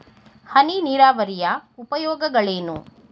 ಹನಿ ನೀರಾವರಿಯ ಉಪಯೋಗಗಳೇನು?